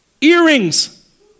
earrings